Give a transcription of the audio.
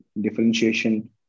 differentiation